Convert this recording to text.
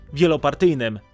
wielopartyjnym